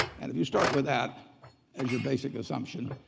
and if you start with that as your basic assumption,